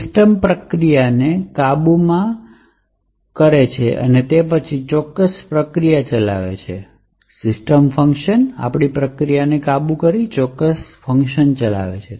system પ્રક્રિયાને કાબૂમાં કરે છે અને તે પછી તે ચોક્કસ પ્રક્રિયા ચલાવે છે તેથી